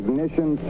Ignition